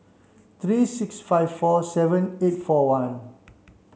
three six five four seven eight four one